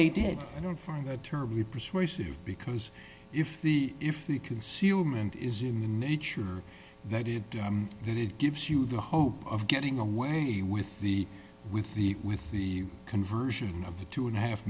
they did i don't find that terribly persuasive because if the if the concealment is in the nature that it does that it gives you the hope of getting away with the with the with the conversion of the two and a half